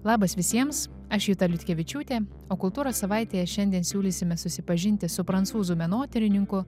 labas visiems aš juta liutkevičiūtė o kultūros savaitėje šiandien siūlysime susipažinti su prancūzų menotyrininku